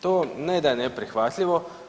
To ne da je neprihvatljivo.